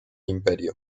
imperio